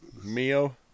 Mio